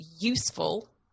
useful